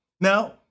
Now